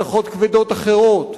מתכות כבדות אחרות,